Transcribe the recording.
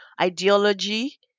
ideology